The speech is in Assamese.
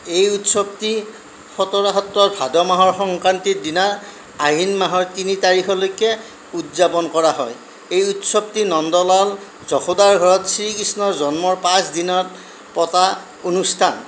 এই উৎসৱটি খটৰা সত্ৰৰ ভাদ মাহৰ সংক্ৰান্তিৰ দিনা আহিন মাহৰ তিনি তাৰিখলৈকে উদযাপন কৰা হয় এই উৎসৱটি নন্দলাল যশোদাৰ ঘৰত শ্ৰীকৃষ্ণৰ জন্মৰ পাঁচদিনত পতা অনুষ্ঠান